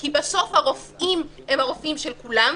כי בסוף הרופאים הם הרופאים של כולם,